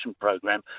program